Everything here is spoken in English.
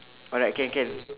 alright can can